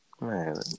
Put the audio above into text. Man